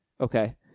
Okay